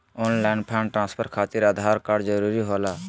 Online fund transfer खातिर Aadhaar card जरूरी होला?